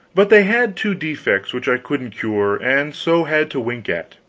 but they had two defects which i couldn't cure, and so had to wink at